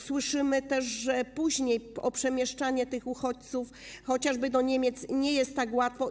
Słyszymy też, że później przemieszczanie tych uchodźców, chociażby do Niemiec, nie jest takie łatwe.